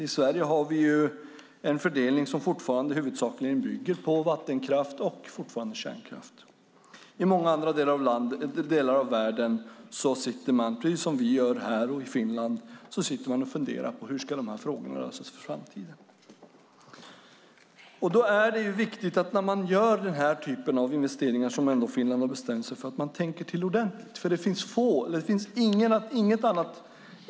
I Sverige har vi en fördelning som fortfarande huvudsakligen bygger på vattenkraft och kärnkraft. I många andra delar av världen sitter man precis som vi gör här i Sverige och i Finland och funderar på: Hur ska dessa frågor lösas i framtiden? När man gör den typen av investeringar som Finland ändå har bestämt sig för är det viktigt att man tänker till ordentligt.